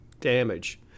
damage